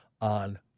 on